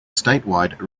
statewide